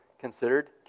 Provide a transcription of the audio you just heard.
considered